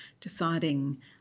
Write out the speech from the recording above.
deciding